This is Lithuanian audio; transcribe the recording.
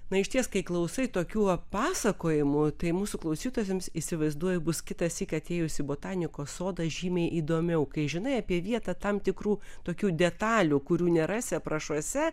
na išties kai klausai tokių pasakojimų tai mūsų klausytojams įsivaizduoju bus kitąsyk atėjus į botanikos sodą žymiai įdomiau kai žinai apie vietą tam tikrų tokių detalių kurių nerasi aprašuose